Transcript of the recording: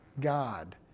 God